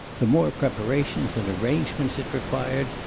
the more preparations and arrangements it required,